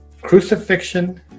crucifixion